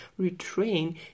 retrain